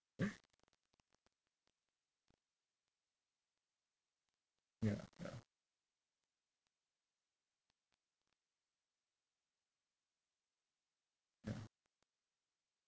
ya ya ya